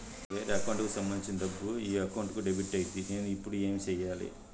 వేరే అకౌంట్ కు సంబంధించిన డబ్బు ఈ అకౌంట్ కు డెబిట్ అయింది నేను ఇప్పుడు ఏమి సేయాలి